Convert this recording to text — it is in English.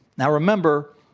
now, remember,